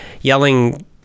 yelling